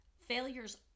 Failures